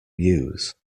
use